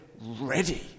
ready